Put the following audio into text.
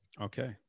Okay